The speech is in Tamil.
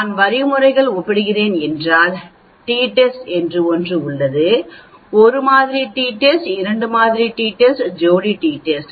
நான் வழிமுறைகளை ஒப்பிடுகிறேன் என்றால் டி டெஸ்ட் என்று ஒன்று உள்ளது ஒரு மாதிரி டி டெஸ்ட் இரண்டு மாதிரி டி டெஸ்ட் ஜோடி டி டெஸ்ட்